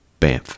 Bamf